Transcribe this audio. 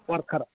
worker